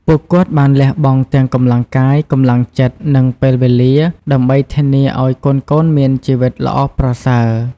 ពួកគាត់បានលះបង់ទាំងកម្លាំងកាយ កម្លាំងចិត្ត និងពេលវេលា ដើម្បីធានាឲ្យកូនៗមានជីវិតល្អប្រសើរ។